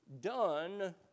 done